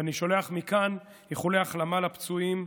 אני שולח מכאן איחולי החלמה לפצועים,